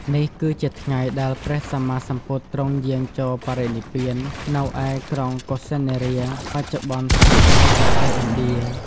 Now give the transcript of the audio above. នេះគឺជាថ្ងៃដែល ព្រះសម្មាសម្ពុទ្ធទ្រង់យាងចូលបរិនិព្វាន នៅឯ ក្រុងកុសិនារា បច្ចុប្បន្នស្ថិតនៅប្រទេសឥណ្ឌា។